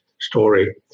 story